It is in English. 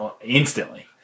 instantly